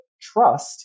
trust